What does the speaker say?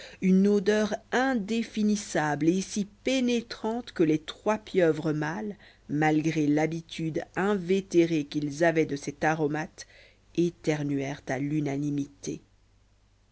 une odeur indéfinissable et si pénétrante que les trois pieuvres mâles malgré l'habitude invétérée qu'ils avaient de cet aromate éternuèrent à l'unanimité